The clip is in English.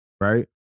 right